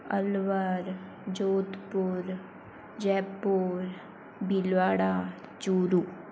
Alwar Jodhpur Jaipur Bhilwara Churu